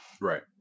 Right